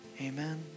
amen